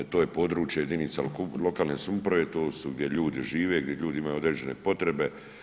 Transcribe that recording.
To je područje jedinica lokalne samouprave, to su gdje ljudi žive, gdje ljudi imaju određene potrebe.